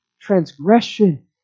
Transgression